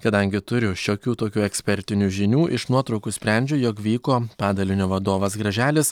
kadangi turiu šiokių tokių ekspertinių žinių iš nuotraukų sprendžiu jog vyko padalinio vadovas graželis